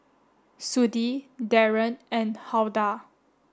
Sudie Darron and Huldah